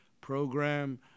program